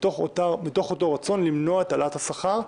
מתוך אותו רצון למנוע את העלאת השכר,